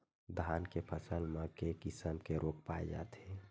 धान के फसल म के किसम के रोग पाय जाथे?